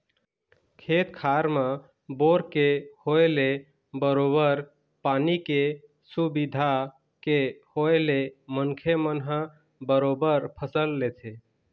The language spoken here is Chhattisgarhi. खेत खार म बोर के होय ले बरोबर पानी के सुबिधा के होय ले मनखे मन ह बरोबर फसल लेथे